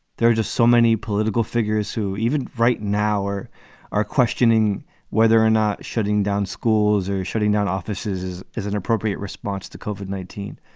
there are just so many political figures who even right now are are questioning whether or not shutting down schools or shutting down offices is is an appropriate response to covered nineteen.